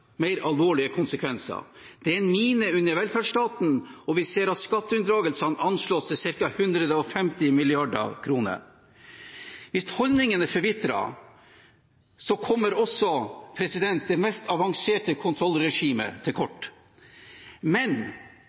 mer alvorlige konsekvenser. Det er en mine under velferdsstaten, og vi ser at skatteunndragelsene anslås til ca. 150 mrd. kr. Hvis holdningene er forvitret, kommer også det mest avanserte kontrollregimet til kort. Men